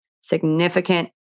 significant